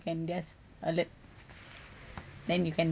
can guess a bit then you can